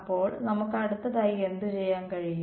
അപ്പോൾ നമുക്ക് അടുത്തതായി എന്തുചെയ്യാൻ കഴിയും